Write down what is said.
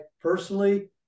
personally